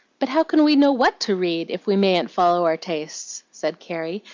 but how can we know what to read if we mayn't follow our tastes? said carrie,